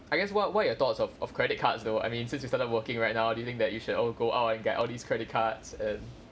I guess what what are your thoughts of of credit cards though I mean since you started working right now do you think that you should all go out and get all these credit cards and